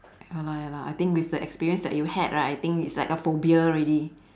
ya lah ya lah I think with the experience that you had right I think it's like a phobia already